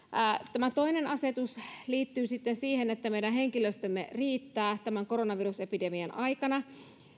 tämä toinen asetus liittyy sitten siihen että meidän henkilöstömme riittää tämän koronavirusepidemian aikana